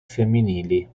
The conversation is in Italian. femminili